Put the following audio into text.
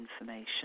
information